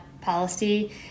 policy